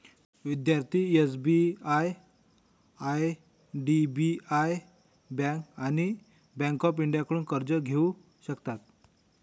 विद्यार्थी SBI IDBI bank आणि bank of इंडियाकडून कर्ज घेऊ शकतात